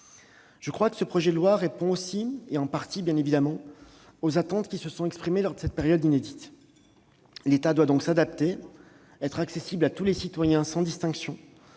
des Français. Ce projet de loi répond aussi, bien évidemment en partie, aux attentes qui se sont exprimées lors de cette période inédite. L'État doit donc s'adapter et être accessible à tous les citoyens, sans distinction.